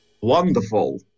Wonderful